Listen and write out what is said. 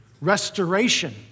Restoration